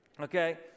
Okay